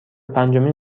پنجمین